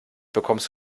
bekommst